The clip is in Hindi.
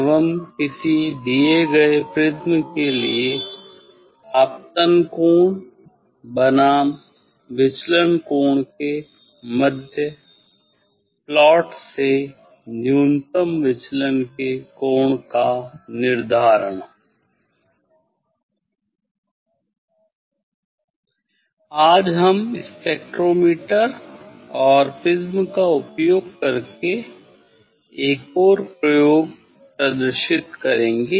एवं किसी दिए गए प्रिज्म के लिए आपतन कोण बनाम विचलन के कोण के मध्य प्लॉट से न्यूनतम विचलन के कोण का निर्धारण आज हम स्पेक्ट्रोमीटर और प्रिज़्म का उपयोग करके एक और प्रयोग प्रदर्शित करेंगे